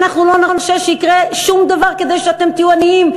אנחנו לא נרשה שיקרה שום דבר כדי שאתם תהיו עניים,